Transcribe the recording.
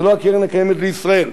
זה לא קרן קיימת לישראל,